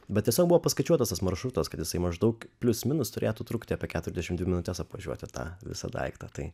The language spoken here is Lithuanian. bet tiesiog buvo paskaičiuotas tas maršrutas kad jisai maždaug plius minus turėtų trukti apie keturiasdešim dvi minutes apvažiuoti tą visą daiktą tai